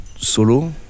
solo